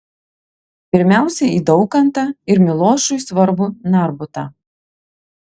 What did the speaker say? pirmiausia į daukantą ir milošui svarbų narbutą